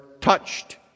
touched